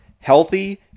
healthy